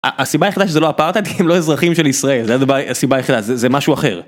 הסיבה היחידה שזה לא הפרטנר כי הם לא אזרחים של ישראל, זו הסיבה היחידה, זה משהו אחר.